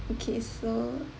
okay so